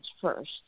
first